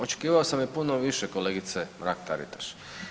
Očekivao sam i puno više kolegice Mrak Taritaš.